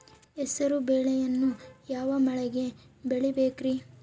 ಹೆಸರುಬೇಳೆಯನ್ನು ಯಾವ ಮಳೆಗೆ ಬೆಳಿಬೇಕ್ರಿ?